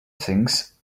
things